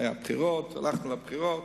היו בחירות, הלכנו לבחירות.